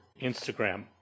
Instagram